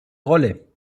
rolle